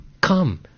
come